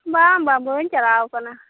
ᱵᱟᱝ ᱵᱟᱝ ᱵᱟᱹᱧ ᱪᱟᱞᱟᱣ ᱟᱠᱟᱱᱟ